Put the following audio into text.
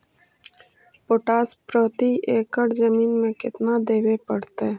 Potash प्रति एकड़ जमीन में केतना देबे पड़तै?